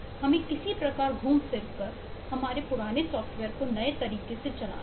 हमें किसी प्रकार घूम फिर कर हमारे पुराने सॉफ्टवेयर को नए तरीके से चलाना होगा